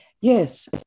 Yes